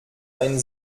ein